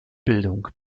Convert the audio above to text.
bildung